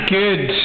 good